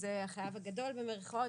שזה החייב הגדול במירכאות,